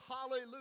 hallelujah